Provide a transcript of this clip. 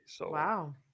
Wow